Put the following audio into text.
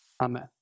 Amen